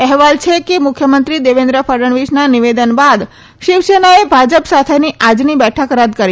અહેવાલ છે કે મુખ્યમંત્રી દેવેન્દ્ર ફડણવીસના નિવેદન બાદ શિવસેનાએ ભાજપ સાથેની આજની બેઠક રદ કરી છે